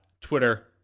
Twitter